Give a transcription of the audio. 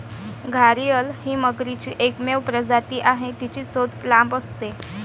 घारीअल ही मगरीची एकमेव प्रजाती आहे, तिची चोच लांब असते